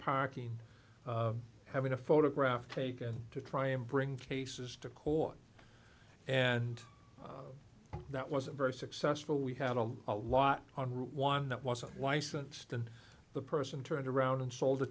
parking having a photograph taken to try and bring cases to court and that wasn't very successful we had a lot on route one that wasn't licensed and the person turned around and sold a